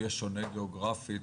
יהיה שונה גיאוגרפית